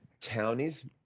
Townie's